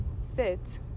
sit